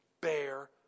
bear